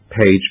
page